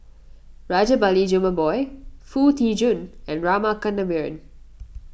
Rajabali Jumabhoy Foo Tee Jun and Rama Kannabiran